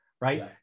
right